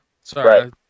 Sorry